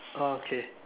oh okay